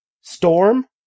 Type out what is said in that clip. Storm